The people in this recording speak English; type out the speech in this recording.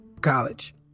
college